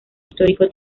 histórico